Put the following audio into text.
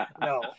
no